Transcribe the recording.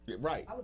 Right